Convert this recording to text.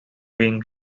being